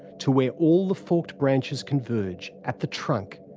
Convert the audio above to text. to where all the forked branches converge, at the trunk,